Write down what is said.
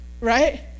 right